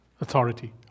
authority